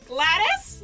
Gladys